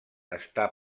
està